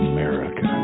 America